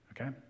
Okay